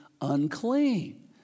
unclean